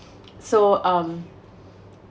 so um